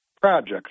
projects